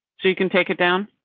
so you can take it down.